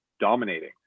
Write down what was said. dominating